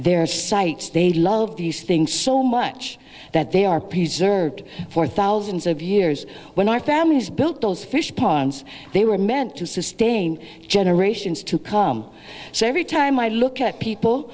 their sites they love these things so much that they are preserved for thousands of years when our families built those fish ponds they were meant to sustain generations to come so every time i look at people